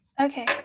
Okay